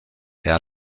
air